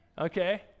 Okay